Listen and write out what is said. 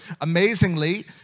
Amazingly